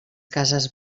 cases